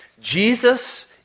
Jesus